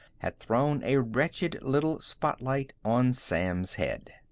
had thrown a wretched little spotlight on sam's head.